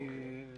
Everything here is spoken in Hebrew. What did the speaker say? לא.